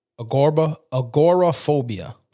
Agoraphobia